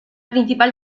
principal